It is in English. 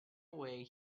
away